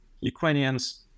Ukrainians